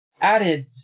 added